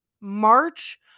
March